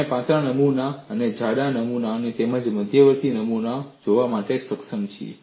આપણે પાતળા નમુનાઓ જાડા નમુનાઓ તેમજ મધ્યવર્તી નમૂનાઓ જોવા માટે સક્ષમ છીએ